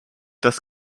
das